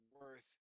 worth